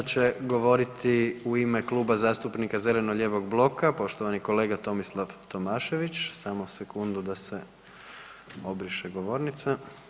Sada će govoriti u ime Kluba zastupnika zeleno-lijevog bloka poštovani kolega Tomislav Tomašević, samo sekundu da se obriše govornica.